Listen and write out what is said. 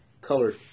Color